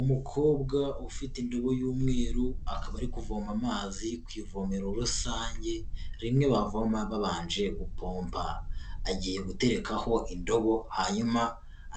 Umukobwa ufite indobo y'umweru, akaba ari kuvoma amazi ku ivomero rusange, rimwe bavoma babanje gupompa. Agiye guterekaho indobo, hanyuma